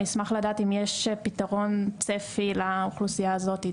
אני אשמח לדעת אם יש פתרון צפי לאוכלוסייה הזאת?